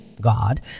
God